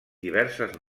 diverses